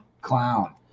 clown